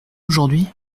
aujourd’hui